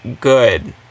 good